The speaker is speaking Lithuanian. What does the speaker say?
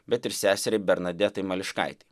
bet ir seseriai bernadetai mališkaitei